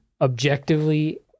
objectively